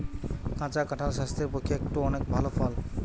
কাঁচা কাঁঠাল স্বাস্থ্যের পক্ষে একটো অনেক ভাল ফল